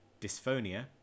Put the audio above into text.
dysphonia